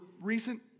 recent